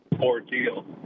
ordeal